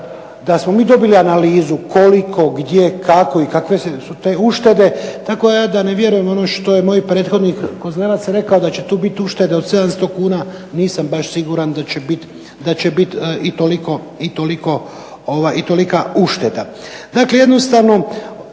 da smo mi dobili analizu koliko, gdje, kako i kakve su te uštede tako ja da ne vjerujem ono što je moj prethodnik Kozlevac rekao da će tu biti uštede od 700 kuna. Nisam baš siguran da će biti i tolika ušteda.